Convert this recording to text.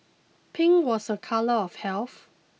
pink was a colour of health